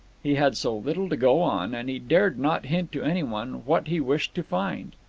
he had so little to go on, and he dared not hint to anyone what he wished to find.